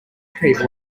people